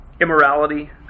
Immorality